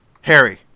Harry